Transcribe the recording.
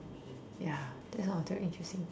ya that's one of the interesting thing